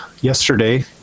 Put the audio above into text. yesterday